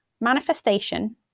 Manifestation